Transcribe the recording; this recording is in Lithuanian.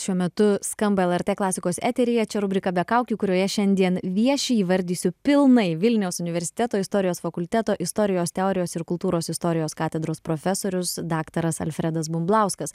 šiuo metu skamba lrt klasikos eteryje čia rubrika be kaukių kurioje šiandien vieši įvardysiu pilnai vilniaus universiteto istorijos fakulteto istorijos teorijos ir kultūros istorijos katedros profesorius daktaras alfredas bumblauskas